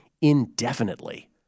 indefinitely